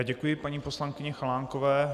Děkuji paní poslankyni Chalánkové.